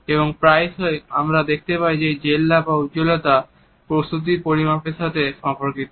এবং প্রায়শই আমরা দেখতে পাই যে এই জেল্লা বা উজ্জ্বলতা প্রস্তুতির পরিমাণ এর সাথে সম্পর্কিত